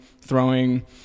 throwing